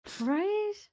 Right